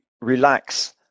relax